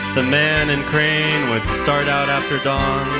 the man and crane would start out after dawn.